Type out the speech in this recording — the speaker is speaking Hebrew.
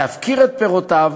להפקיר את פירותיו,